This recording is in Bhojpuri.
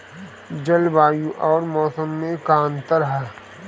जलवायु अउर मौसम में का अंतर ह?